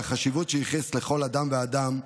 והחשיבות שייחס לכל אדם ואדם,